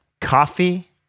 coffee